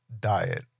diet